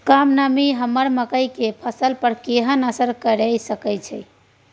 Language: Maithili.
कम नमी हमर मकई के फसल पर केहन असर करिये सकै छै?